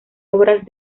obras